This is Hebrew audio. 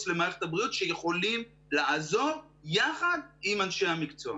למערכת הבריאות שיכולים לעזור יחד עם אנשי המקצוע.